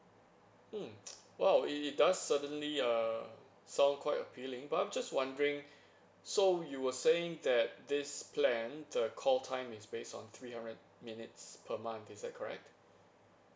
mm !wow! it it does certainly err sound quite appealing but I'm just wondering so you were saying that this plan the call time is based on three hundred minutes per month is that correct